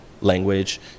language